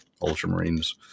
Ultramarines